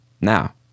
now